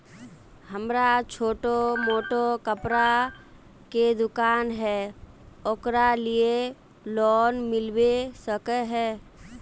हमरा छोटो मोटा कपड़ा के दुकान है ओकरा लिए लोन मिलबे सके है?